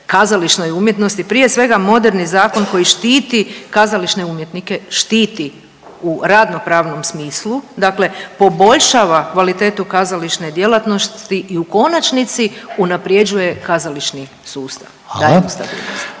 kazališnoj umjetnosti prije svega moderni zakon koji štiti kazališne umjetnike, štiti u radno-pravnom smislu, dakle poboljšava kvalitetu kazališne djelatnosti i u konačnici unaprjeđuje kazališni sustav, daje mu stabilnost.